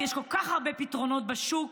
יש כל כך הרבה פתרונות בשוק,